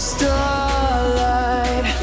Starlight